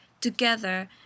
together